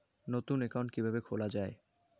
নতুন একাউন্ট কিভাবে খোলা য়ায়?